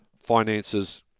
finances